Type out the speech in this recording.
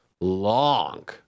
long